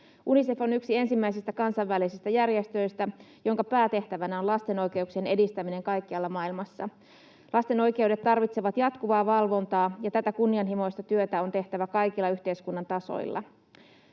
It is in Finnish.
Unicef on yksi ensimmäisistä kansainvälisistä järjestöistä, jonka päätehtävänä on lasten oikeuksien edistäminen kaikkialla maailmassa. Lasten oikeudet tarvitsevat jatkuvaa valvontaa, ja tätä kunnianhimoista työtä on tehtävä kaikilla yhteiskunnan tasoilla.